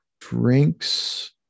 Drinks